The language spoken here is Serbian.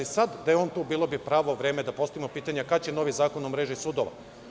Sad, da je on tu, bilo bi pravo vreme da postavimo pitanje – kad će novi zakon o mreži sudova?